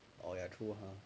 !aiya! true lah